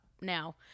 now